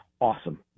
awesome